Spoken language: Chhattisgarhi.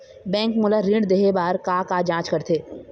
बैंक मोला ऋण देहे बार का का जांच करथे?